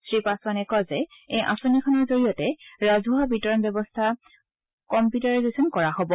শ্ৰীপাছোৱানে কয় যে এই আঁচনিখনৰ জৰিয়তে ৰাজহুৱা বিতৰণ ব্যৱস্থা কম্পিউটাৰাইজচন কৰা হ'ব